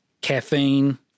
caffeine